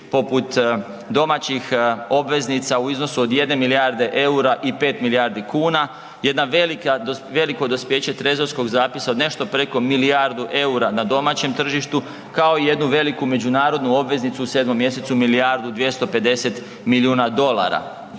poput domaćih obveznica u iznosu od 1 milijarde eura i 5 milijardi kuna. Jedno veliko dospijeće trezorskog zapisa od nešto preko milijardu eura na domaćem tržištu, kao i jednu veliku međunarodnu obveznicu u 7. mj., milijardu i 250 milijuna dolara.